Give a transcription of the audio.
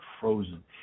frozen